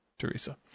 Teresa